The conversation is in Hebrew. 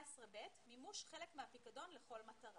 "18ב.מימוש חלק מהפיקדון לכל מטרה